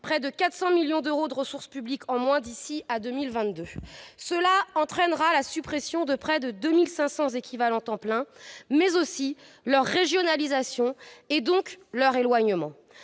près de 400 millions d'euros de ressources publiques en moins d'ici à 2022, une baisse qui entraînera la suppression de près de 2 500 équivalents temps plein, mais aussi la régionalisation des chambres de commerce